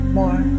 more